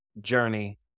journey